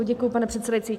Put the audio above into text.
Děkuji, pane předsedající.